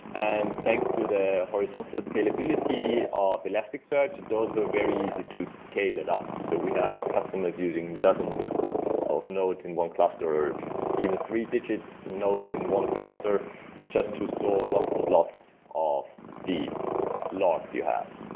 and thanks to the horizontal scalability ah of elasticsearch, it's also very easy to scale it up. so we have customers using dozens of nodes in one cluster, or even three digit nodes in one cluster just to store lots and lots of these logs you have.